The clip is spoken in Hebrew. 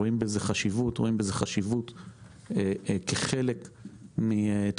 אנחנו רואים בזה חשיבות כחלק מתקומת